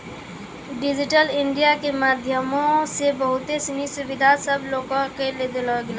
digital India के माध्यमो से बहुते सिनी सुविधा सभ लोको के देलो गेलो छै